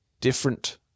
different